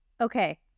Okay